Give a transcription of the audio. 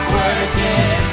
working